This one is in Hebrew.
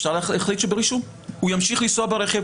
הוא ימשיך לנסוע ברכב,